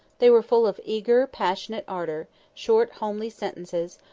they were full of eager, passionate ardour short homely sentences,